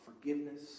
forgiveness